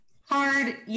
Hard